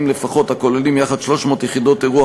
לפחות הכוללים יחד 300 יחידות אירוח,